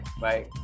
Bye